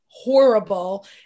horrible